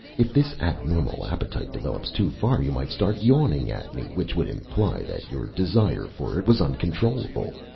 if this abnormal appetite develops too far, you might start yawning at me, which would imply that your desire for it was uncontrollable.